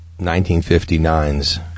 1959's